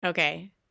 okay